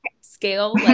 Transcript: scale